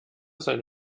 seine